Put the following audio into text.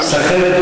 גם שלי,